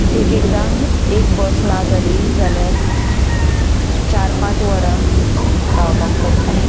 एक एकदां एक बस ना जाली जाल्यार चार पांच वरां रावपाक पडटा